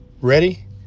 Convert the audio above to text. Ready